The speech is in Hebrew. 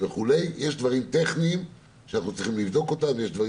יש דברים טכניים שצריך לבדוק ויש דברים